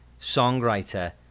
songwriter